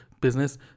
business